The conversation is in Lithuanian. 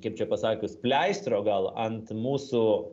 kaip čia pasakius pleistro gal ant mūsų